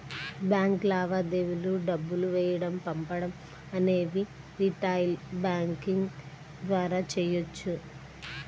bank లావాదేవీలు డబ్బులు వేయడం పంపడం అనేవి రిటైల్ బ్యాంకింగ్ ద్వారా చెయ్యొచ్చు